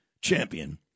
champion